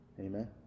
Amen